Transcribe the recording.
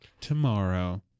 tomorrow